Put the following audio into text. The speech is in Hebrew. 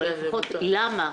אבל לפחות למה,